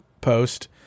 post